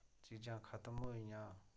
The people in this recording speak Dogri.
चीज़ां खतम होई गेइयां